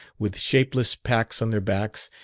with shapeless packs on their backs,